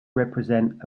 represent